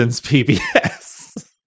PBS